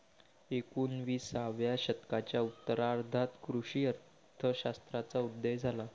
एकोणिसाव्या शतकाच्या उत्तरार्धात कृषी अर्थ शास्त्राचा उदय झाला